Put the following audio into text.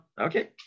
Okay